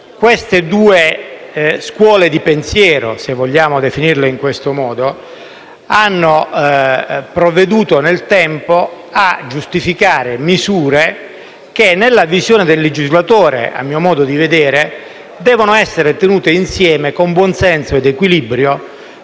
Queste due scuole di pensiero, se vogliamo definirle così, hanno provveduto nel tempo a giustificare misure che, nella visione del legislatore, a mio modo di vedere, devono essere tenute insieme con buonsenso ed equilibrio